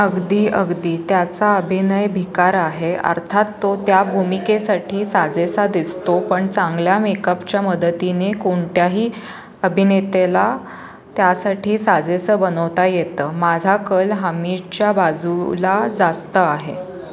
अगदी अगदी त्याचा अभिनय भिकार आहे अर्थात तो त्या भूमिकेसाठी साजेसा दिसतो पण चांगल्या मेकअपच्या मदतीने कोणत्याही अभिनेतेला त्यासाठी साजेसं बनवता येतं माझा कल आमीरच्या बाजूला जास्त आहे